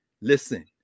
Listen